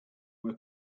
were